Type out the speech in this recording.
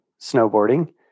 snowboarding